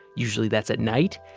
usually that's at night.